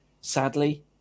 Sadly